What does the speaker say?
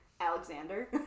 Alexander